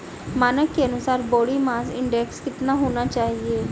मानक के अनुसार बॉडी मास इंडेक्स कितना होना चाहिए?